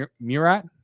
Murat